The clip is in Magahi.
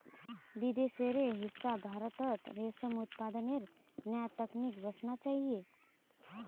विदेशेर हिस्सा भारतत रेशम उत्पादनेर नया तकनीक वसना चाहिए